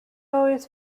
always